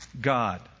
God